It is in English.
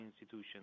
institution